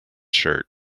shirt